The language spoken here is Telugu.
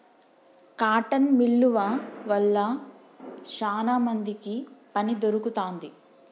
కాటన్ మిల్లువ వల్ల శానా మందికి పని దొరుకుతాంది